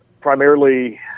primarily